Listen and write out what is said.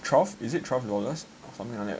twelve is it twelve dollars or something like that